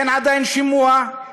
אין עדיין שימוע,